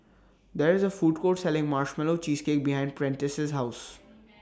There IS A Food Court Selling Marshmallow Cheesecake behind Prentice's House